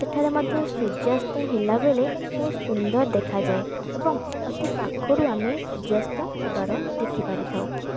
ସେଠାରେ ମଧ୍ୟ ସୂର୍ଯ୍ୟାସ୍ତ ହେଲାବେଳେ ବହୁତ ସୁନ୍ଦର ଦେଖାଯାଏ ଏବଂ ଅତି ପାଖରୁ ଆମେ ସୂର୍ଯ୍ୟାସ୍ତ ହେବାର ଦେଖିପାରିଥାଉ